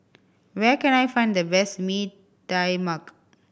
where can I find the best Mee Tai Mak